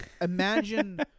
imagine